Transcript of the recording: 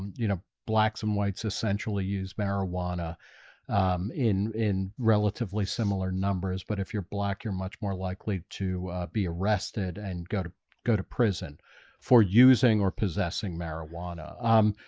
you know, blacks and whites essentially use marijuana um in in relatively similar numbers but if you're black you're much more likely to ah be arrested and go to go to prison for using or possessing marijuana um,